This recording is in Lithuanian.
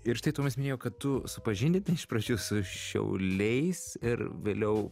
ir štai tomas minėjo kad tu supažindinai iš pradžių su šiauliais ir vėliau